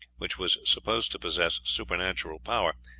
which was supposed to possess supernatural power,